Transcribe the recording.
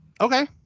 Okay